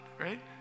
right